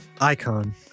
Icon